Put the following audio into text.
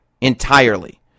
entirely